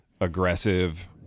aggressive